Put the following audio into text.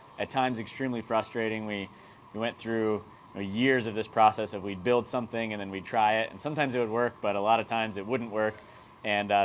at times, extremely frustrating. we we went through ah years of this process of we'd build something and then we try it and sometimes it would work but a lot of times it wouldn't work and,